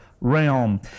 realm